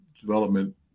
development